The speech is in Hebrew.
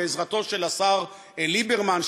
בעזרתו של השר ליברמן,